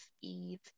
eve